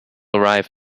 arrive